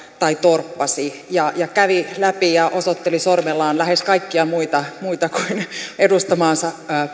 tai torppasi ja kävi läpi ja osoitteli sormellaan lähes kaikkia muita kuin edustamaansa